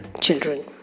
children